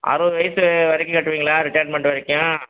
அறுபது வயசு வரைக்கும் கட்டுவீங்களா ரிட்டயர்மெண்ட் வரைக்கும்